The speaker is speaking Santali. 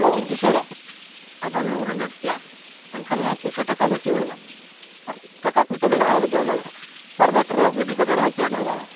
ᱵᱟᱵᱚᱱ ᱠᱤᱥᱟᱹᱬᱟ ᱟᱫᱷᱟᱱ ᱫᱚᱵᱚᱱ ᱨᱮᱸᱜᱮᱡ ᱜᱮᱭᱟ ᱮᱱᱠᱷᱟᱱ ᱢᱟ ᱯᱩᱭᱥᱟᱹ ᱴᱟᱠᱟ ᱵᱟᱹᱪᱩᱜ ᱟᱱᱟ ᱟᱨ ᱴᱟᱠᱟ ᱯᱩᱭᱥᱟᱹ ᱢᱮᱱᱟᱜ ᱦᱚᱲ ᱫᱚ ᱚᱱᱟ ᱯᱨᱟᱭᱵᱷᱮᱹᱴ ᱨᱮᱦᱚᱸ ᱤᱫᱤ ᱠᱟᱛᱮᱫ ᱦᱚᱸ ᱪᱮᱫ ᱦᱚᱸ ᱵᱟᱝ